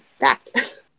fact